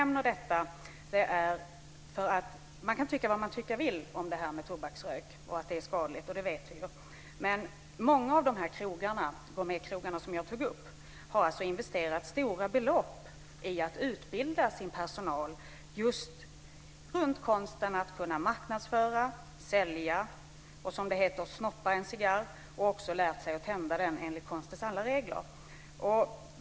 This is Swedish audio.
Man kan tycka man vad vill om det här med tobaksrök och om att det - som vi vet - är skadligt, men många av de här gourmetkrogarna har investerat stora belopp i att utbilda sin personal just i konsten att marknadsföra, sälja och, som det heter, snoppa en cigarr. Likaså handlar det om att lära sig att enligt konstens alla regler tända den.